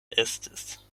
estis